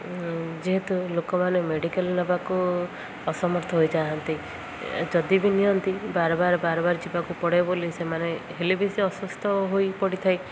ଯେହେତୁ ଲୋକମାନେ ମେଡ଼ିକାଲ୍ ନେବାକୁ ଅସମର୍ଥ ହୋଇଥାାନ୍ତି ଯଦି ବି ନିଅନ୍ତି ବାରବାର ବାରବାର ଯିବାକୁ ପଡ଼େ ବୋଲି ସେମାନେ ହେଲେ ବି ସେ ଅସୁସ୍ଥ ହୋଇପଡ଼ିଥାଏ